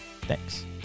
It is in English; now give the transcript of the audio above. Thanks